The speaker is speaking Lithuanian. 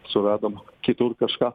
suradom kitur kažką